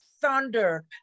thunder